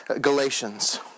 Galatians